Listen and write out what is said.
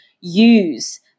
use